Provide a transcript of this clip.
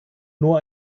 nur